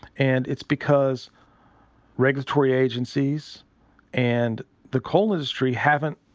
and it's because regulatory agencies and the coal industry haven't